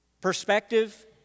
perspective